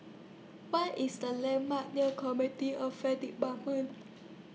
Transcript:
What IS The landmarks near comedy Affairs department